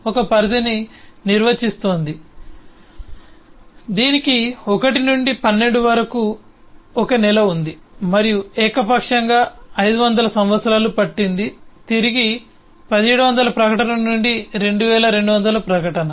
ఇది ఒక పరిధిని నిర్వచిస్తోంది దీనికి 1 నుండి 12 వరకు ఒక నెల ఉంది మరియు ఏకపక్షంగా 500 సంవత్సరాలు పట్టింది తిరిగి 1700 ప్రకటన నుండి 2200 ప్రకటన